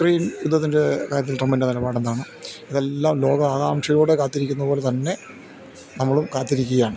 Ukraine യുദ്ധത്തിൻറെ കാര്യത്തിൽ ട്രമ്പിൻ്റെ നിലപാടെന്താണ് ഇതെല്ലാം ലോകം ആകാംഷയോടെ കാത്തിരിക്കുന്ന പോലെ തന്നെ നമ്മളും കാത്തിരിക്കുകയാണ്